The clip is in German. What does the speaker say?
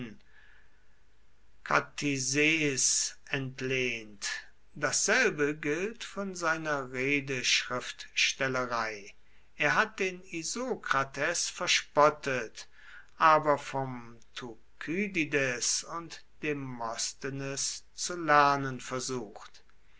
entlehnt dasselbe gilt von seiner redeschriftstellerei er hat den isokrates verspottet aber vom thukydides und demosthenes zu lernen versucht